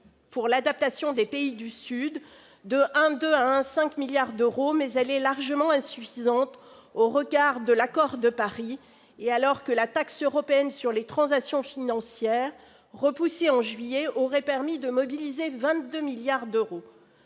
pour l'adaptation des pays du Sud à hauteur de 1,2 milliard à 1,5 milliard d'euros, mais celle-ci est largement insuffisante au regard de l'accord de Paris, alors que la taxe européenne sur les transactions financières, repoussée en juillet dernier, aurait permis de mobiliser 22 milliards d'euros.